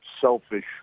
selfish